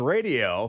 Radio